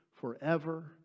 forever